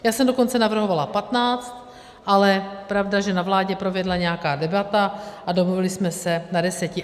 Já jsem dokonce navrhovala patnáct, ale pravda je, že na vládě proběhla nějaká debata a domluvili jsme se na deseti.